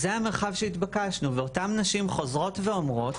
זה המרחב שהתבקשנו ואותן נשים חוזרות ואומרות